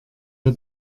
wir